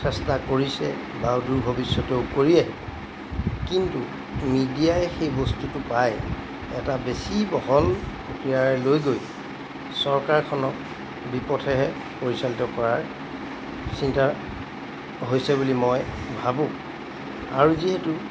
চেষ্টা কৰিছে বা অদূৰ ভৱিষ্যতেও কৰিয়ে থাকিব কিন্তু মিডিয়াই সেই বস্তুটো পাই এটা বেছি বহল প্ৰক্ৰিয়াৰে লৈ গৈ চৰকাৰখনক বিপথেহে পৰিচালিত কৰাৰ চিন্তা হৈছে বুলি মই ভাবোঁ আৰু যিহেতু